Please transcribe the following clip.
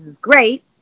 great